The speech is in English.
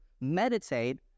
meditate